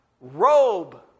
robe